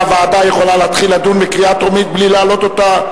הוועדה יכולה להתחיל לדון בקריאה טרומית בלי להעלות אותה.